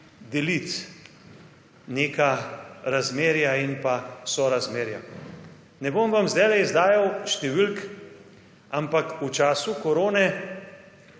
deliti neka razmerja in pa sorazmerja. Ne bom vam zdajle izdajal števil, ampak v času korone